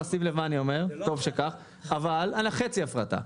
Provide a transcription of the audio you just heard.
חבל על החצי הפרטה.